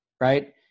Right